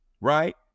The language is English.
right